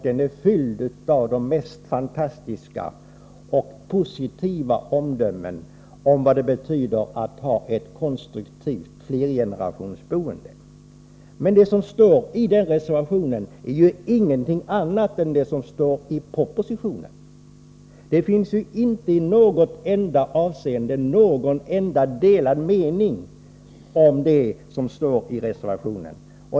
Den är fylld av de mest fantastiska och positiva omdömen om vad det betyder att ha ett konstruktivt flergenerationsboende. Men det som står i reservationen innebär ju ingenting annat än vad som står i propositionen. Inte i något enda avseende finns det någon delad mening.